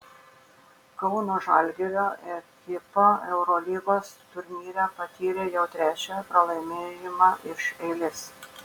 kauno žalgirio ekipa eurolygos turnyre patyrė jau trečią pralaimėjimą iš eilės